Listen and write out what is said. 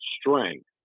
strength